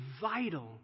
vital